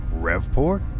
Revport